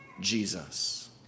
Jesus